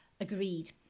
Agreed